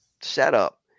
setup